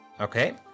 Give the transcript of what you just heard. okay